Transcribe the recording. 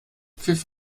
pfiff